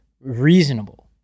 reasonable